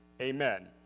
Amen